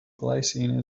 glycine